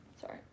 sorry